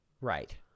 Right